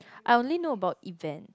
I only know about events